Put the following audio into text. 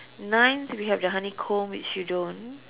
ninth we have the honeycomb which you don't